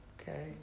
okay